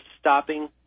stopping